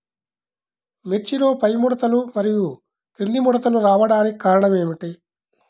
మిర్చిలో పైముడతలు మరియు క్రింది ముడతలు రావడానికి కారణం ఏమిటి?